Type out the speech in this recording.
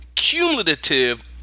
cumulative